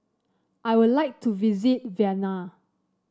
I would like to visit Vienna